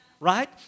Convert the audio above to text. Right